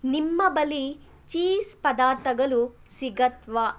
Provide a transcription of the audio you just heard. ನಿಮ್ಮ ಬಳಿ ಚೀಸ್ ಪದಾರ್ಥಗಳು ಸಿಗುತ್ವಾ